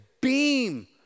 beam